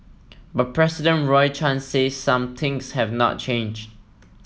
but President Roy Chan says some things have not change